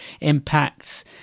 impacts